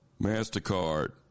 MasterCard